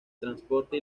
transporte